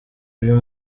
uyu